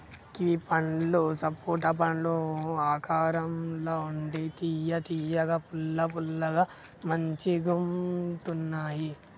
kiwi పండ్లు సపోటా పండ్ల ఆకారం ల ఉండి తియ్య తియ్యగా పుల్ల పుల్లగా మంచిగుంటున్నాయ్